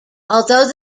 although